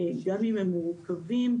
גם אם הם מורכבים,